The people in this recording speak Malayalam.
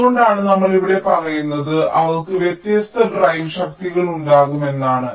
അതുകൊണ്ടാണ് നമ്മൾ ഇവിടെ പറയുന്നത് അവർക്ക് വ്യത്യസ്ത ഡ്രൈവ് ശക്തികൾ ഉണ്ടാകുമെന്നാണ്